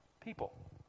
people